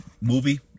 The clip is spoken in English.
movie